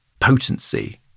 potency